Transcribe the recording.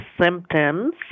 symptoms